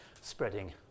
spreading